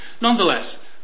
nonetheless